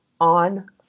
on